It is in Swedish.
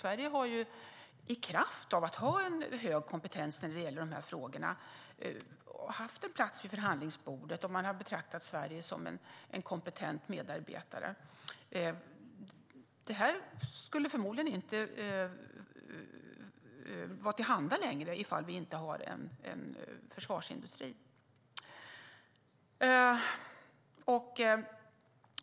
I kraft av att Sverige har haft hög en kompetens när det gäller dessa frågor har man haft en plats vid förhandlingsbordet, och man har betraktats som en kompetent medarbetare. Detta skulle förmodligen inte längre vara för handen om vi inte hade någon försvarsindustri.